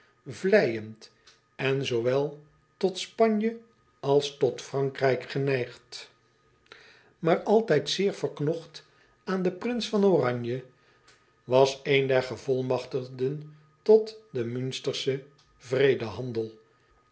vleijend en zoowel tot panje als tot rankrijk geneigd maar altijd zeer verknocht aan den prins van ranje was een der gevolmagtigden tot den unsterschen